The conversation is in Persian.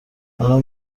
الان